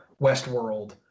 Westworld